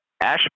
Ash